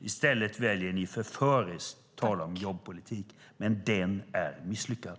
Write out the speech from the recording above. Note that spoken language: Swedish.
I stället väljer ni förföriskt att tala om jobbpolitik, men den är misslyckad.